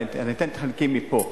אבל אני אתן את חלקי מפה.